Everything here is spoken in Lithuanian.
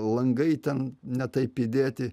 langai ten ne taip įdėti